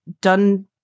done